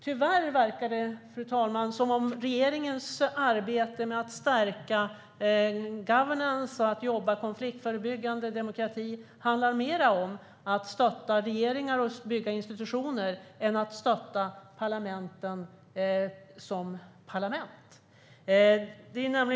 Tyvärr verkar det som att regeringens arbete med att stärka governance, att jobba konfliktförebyggande, för demokrati, handlar mer om att stötta regeringar och bygga institutioner än att stötta parlamenten som parlament.